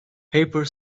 paper